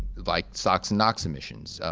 like socks and knocks emissions.